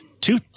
two